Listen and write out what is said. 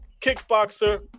Kickboxer